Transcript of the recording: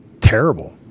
terrible